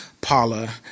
Paula